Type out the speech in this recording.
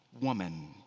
woman